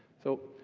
so,